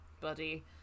buddy